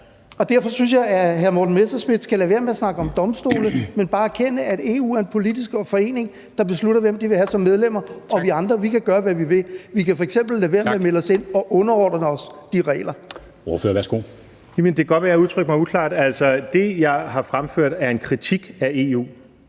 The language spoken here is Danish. Derfor synes jeg, at hr. Morten Messerschmidt skal lade være med at snakke om domstole, men bare erkende, at EU er en politisk forening, der beslutter, hvem de vil have som medlemmer. Og vi andre kan gøre, hvad vi vil. Vi kan f.eks. lade være med at melde os ind og underordne os de regler. Kl. 19:25 Formanden (Henrik Dam Kristensen): Ordføreren, værsgo. Kl.